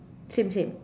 same same